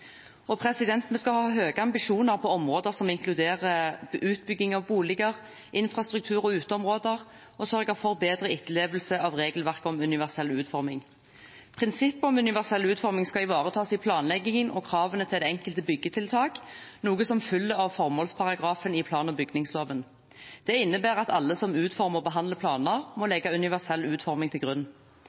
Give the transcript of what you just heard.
Vi skal ha høye ambisjoner på områder som inkluderer utbygging av boliger, infrastruktur og uteområder, og sørge for bedre etterlevelse av regelverket om universell utforming. Prinsippet om universell utforming skal ivaretas i planleggingen og kravene til det enkelte byggetiltak, noe som følger av formålsparagrafen i plan- og bygningsloven. Det innebærer at alle som utformer og behandler planer, må legge universell utforming til grunn.